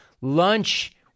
Lunch